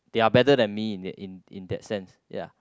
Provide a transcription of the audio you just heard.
they are better than me in it in in that sense ya